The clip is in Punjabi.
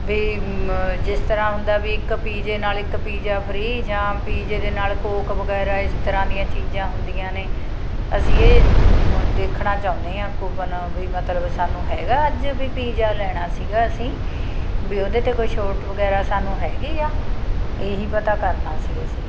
ਵੀ ਮ ਜਿਸ ਤਰ੍ਹਾਂ ਹੁੰਦਾ ਵੀ ਇੱਕ ਪੀਜ਼ੇ ਨਾਲ ਇੱਕ ਪੀਜਾ ਫਰੀ ਜਾਂ ਪੀਜ਼ੇ ਦੇ ਨਾਲ ਕੋਕ ਵਗੈਰਾ ਇਸ ਤਰ੍ਹਾਂ ਦੀਆਂ ਚੀਜ਼ਾਂ ਹੁੰਦੀਆਂ ਨੇ ਅਸੀਂ ਇਹ ਦੇਖਣਾ ਚਾਹੁੰਦੇ ਹਾਂ ਕੂਪਨ ਵੀ ਮਤਲਬ ਸਾਨੂੰ ਹੈਗਾ ਅੱਜ ਵੀ ਪੀਜਾ ਲੈਣਾ ਸੀਗਾ ਅਸੀਂ ਵੀ ਉਹਦੇ 'ਤੇ ਕੋਈ ਛੋਟ ਵਗੈਰਾ ਸਾਨੂੰ ਹੈਗੀ ਆ ਇਹੀ ਪਤਾ ਕਰਨਾ ਸੀ ਅਸੀਂ